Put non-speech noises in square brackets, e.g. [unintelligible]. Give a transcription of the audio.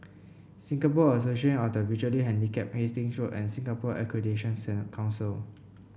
Singapore Association of the Visually Handicapped Hastings Road and Singapore Accreditation [unintelligible] Council